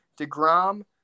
DeGrom